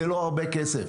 זה לא הרבה כסף.